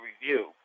review